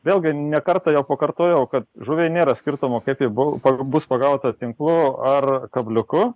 vėlgi ne kartą jau pakartojau kad žuviai nėra skirtumo kaip ji bu bus pagauta tinklu ar kabliuku